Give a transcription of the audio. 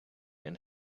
and